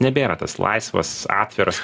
nebėra tas laisvas atviras